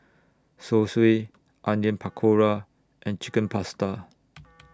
Zosui Onion Pakora and Chicken Pasta